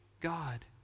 God